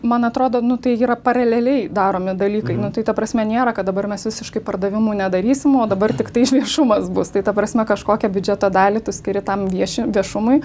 man atrodo nu tai yra paraleliai daromi dalykai nu tai ta prasme nėra kad dabar mes visiškai pardavimų nedarysim o dabar tiktai viešumas bus tai ta prasme kažkokią biudžeto dalį tu skiri tam vieši viešumui